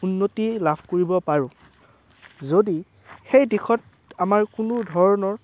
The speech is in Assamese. উন্নতি লাভ কৰিব পাৰোঁ যদি সেই দিশত আমাৰ কোনো ধৰণৰ